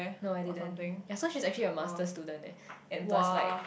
no I didn't yea so she actually masters student eh and plus like